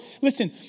Listen